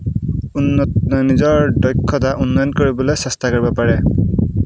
উন্নত নিজৰ দক্ষতা উন্নয়ন কৰিবলৈ চেষ্টা কৰিব পাৰে